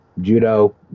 judo